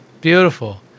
Beautiful